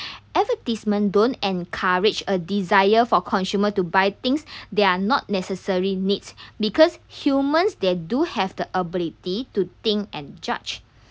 advertisement don't encourage a desire for consumers to buy things they are not necessary needs because humans they do have the ability to think and judge